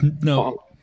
No